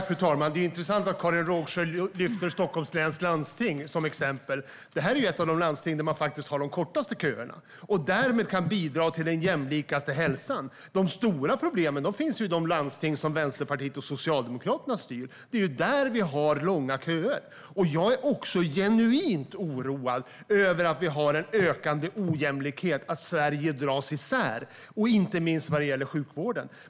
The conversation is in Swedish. Fru talman! Det är intressant att Karin Rågsjö tar Stockholms läns landsting som exempel. Det är ju ett av de landsting där man har de kortaste köerna och därmed kan bidra till den jämlikaste hälsan. De stora problemen finns i de landsting som Vänsterpartiet och Socialdemokraterna styr. Där har vi långa köer. Jag är också genuint oroad över att vi har en ökande ojämlikhet - att Sverige dras isär, inte minst när det gäller sjukvården.